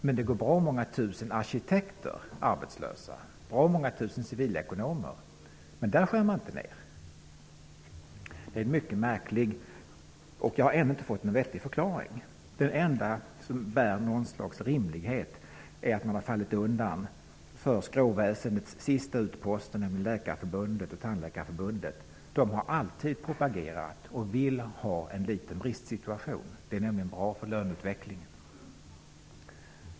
Men det går bra många tusen arkitekter arbetslösa och bra många tusen civilekonomer, men där skär man inte ned. Det är en mycket märklig ordning. Jag har ännu inte fått någon vettig förklaring. Det enda som bär någon slags rimlighet är att man har fallit undan för skråväsendets sista utpost, nämligen Läkarförbundet och Tandläkarförbundet. De har alltid propagerat för och vill ha en liten bristsituation. Det är bra för löneutvecklingen.